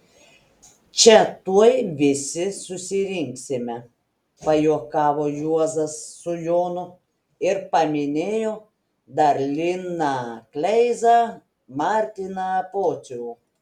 čia tuoj visi susirinksime pajuokavo juozas su jonu ir paminėjo dar liną kleizą martyną pocių